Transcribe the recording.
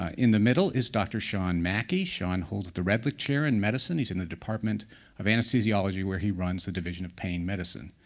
ah in the middle is dr. sean mackey. sean holds the redlich chair in medicine. he's in the department of anesthesiology, where he runs the division of pain medicine.